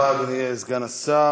תודה רבה, אדוני סגן השר.